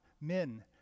men